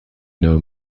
know